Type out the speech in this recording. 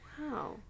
Wow